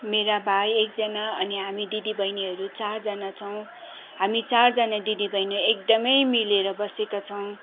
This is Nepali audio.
मेरा भाइ एकजना अनि हामी दिदी बहिनीहरू चारजना छौँ हामी चारजना दिदी बहिनीहरू एकदमै मिलेर बसेका छौँ